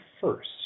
first